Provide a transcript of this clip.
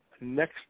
Next